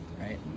right